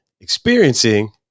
experiencing